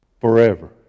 Forever